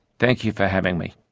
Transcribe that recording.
thank you for having me